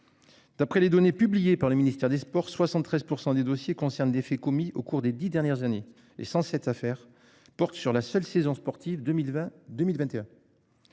D'après les données publiées par le ministère des Sports. 73% des dossiers concernent des faits commis au cours des 10 dernières années et sans cette affaire porte sur la seule saison sportive 2022 1021.